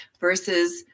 versus